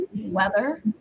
weather